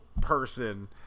person